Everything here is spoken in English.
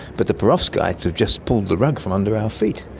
but the perovskites have just pulled the rug from under our feet.